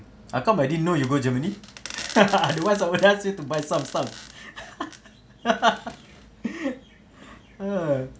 how come I didn't know you go germany otherwise I would ask you to buy some stuff ah